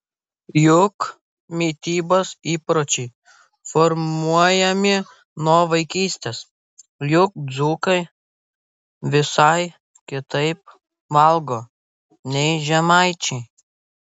juk mitybos įpročiai formuojami nuo vaikystės juk dzūkai visai kitaip valgo nei žemaičiai